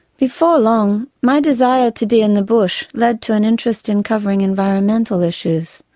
before long, my desire to be in the bush led to an interest in covering environmental issues.